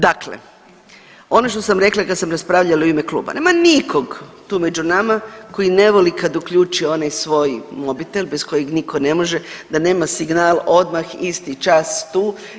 Dakle, ono što sam rekla kad sam raspravljala u ime kluba nema nikog tu među nama koji ne voli kad uključi onaj svoj mobitel bez kojeg nitko ne može da nema signal odmah isti čas tu.